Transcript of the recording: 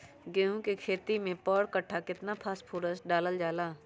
गेंहू के खेती में पर कट्ठा केतना फास्फोरस डाले जाला?